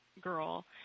girl